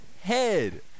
head